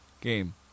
game